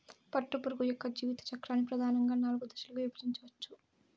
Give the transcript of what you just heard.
పట్టుపురుగు యొక్క జీవిత చక్రాన్ని ప్రధానంగా నాలుగు దశలుగా విభజించవచ్చు